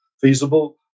feasible